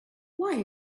why